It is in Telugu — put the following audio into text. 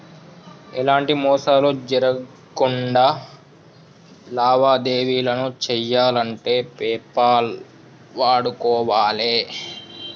ఎలాంటి మోసాలు జరక్కుండా లావాదేవీలను చెయ్యాలంటే పేపాల్ వాడుకోవాలే